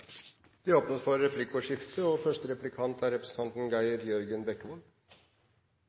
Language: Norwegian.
Det åpnes for replikkordskifte. Både leveomkostninger og